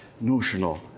notional